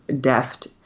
deft